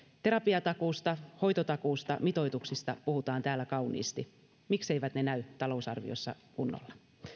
terapiatakuusta hoitotakuusta mitoituksista puhutaan täällä kauniisti mikseivät ne näy talousarviossa kunnolla